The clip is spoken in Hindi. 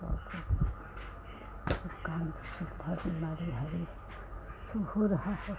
सब हो रहा है